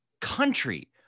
country